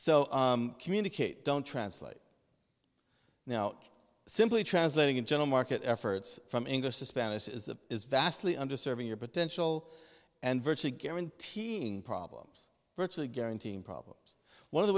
so communicate don't translate now simply translating in general market efforts from english to spanish as it is vastly under serving your potential and virtually guaranteeing problems virtually guaranteeing problems one of the